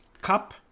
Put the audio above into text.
cup